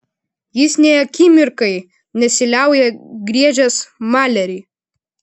jis nė akimirkai nesiliauja griežęs malerį